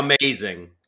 Amazing